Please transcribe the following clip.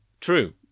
True